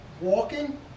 walking